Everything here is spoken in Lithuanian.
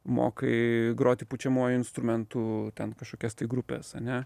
mokai groti pučiamuoju instrumentu ten kažkokias tai grupes ane